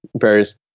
various